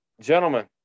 gentlemen